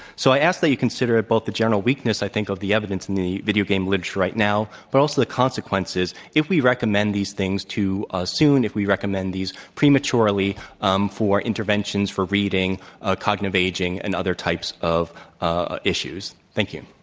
so, i ask that you consider it both a general weakness, i think, of the evidence in the video game literature right now, but also the consequences if we recommend these things too ah soon, if we recommend these prematurely um for interventions for reading, ah cognitive aging, and other types of ah issues. thank you.